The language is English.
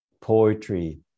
poetry